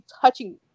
touching